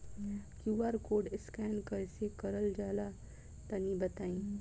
QR code scan कैसे क़रल जला तनि बताई?